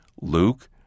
Luke